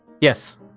yes